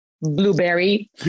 blueberry